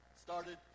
started